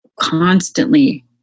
constantly